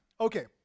Okay